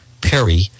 Perry